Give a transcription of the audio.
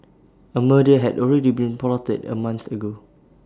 A murder had already been plotted A month ago